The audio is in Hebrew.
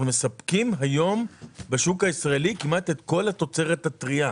ואנחנו מספקים היום בשוק הישראלי כמעט את כל התוצרת הטרייה.